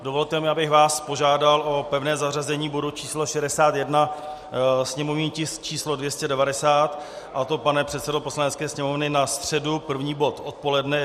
Dovolte mi, abych vás požádal o pevné zařazení bodu číslo 61, sněmovní tisk číslo 290, a to, pane předsedo Poslanecké sněmovny, na středu první bod odpoledne.